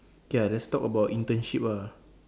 K lah lets talk about internship lah